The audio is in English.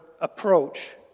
approach